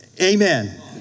amen